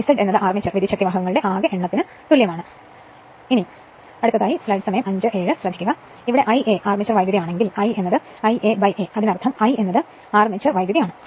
Z എന്നത് armature വിദ്യുത്ശക്തിവാഹകങ്ങളുടെ ആകെ എണ്ണത്തിന് തുല്യമാണ് ഇപ്പോൾ Ia അർമേച്ചർ വൈദ്യുതി ആണെങ്കിൽ I Iaa അതിനർത്ഥം I എന്നത് അർമേച്ചർ വൈദ്യുതി ആണ്